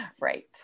Right